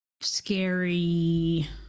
scary